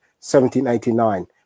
1789